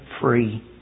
free